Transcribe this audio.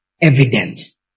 Evidence